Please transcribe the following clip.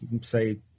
say